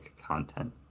content